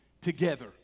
together